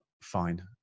fine